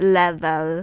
level